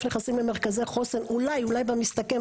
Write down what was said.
נכנסים למרכזי חוסן אולי אולי במסתכם,